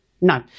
No